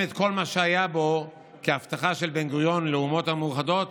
את כל מה שהיה בו כהבטחה של בן-גוריון לאומות המאוחדות